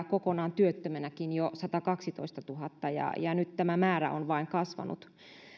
kokonaan työttömänäkin jo satakaksitoistatuhatta ja nyt tämä määrä on vain kasvanut